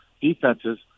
defenses